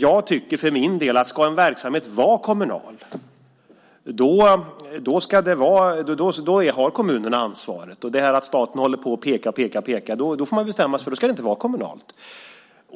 Jag tycker för min del att om en verksamhet ska vara kommunal ska kommunerna ha ansvaret. Om staten håller på och pekar och pekar får man bestämma sig för att det inte ska vara kommunalt.